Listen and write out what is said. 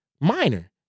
minor